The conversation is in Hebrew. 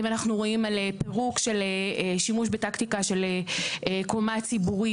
אם אנחנו רואים על פירוק של שימוש בטקטיקה של קומה ציבורית.